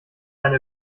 eine